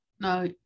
no